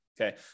okay